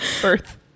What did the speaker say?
birth